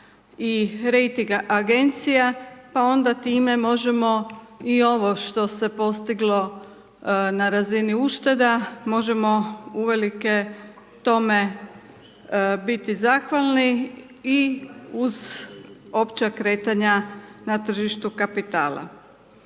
i rejting agencija pa onda time možemo i ovo što se postiglo na razini ušteda, možemo uvelike tome biti zahvalni i uz opća kretanja na tržištu kapitala.